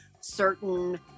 certain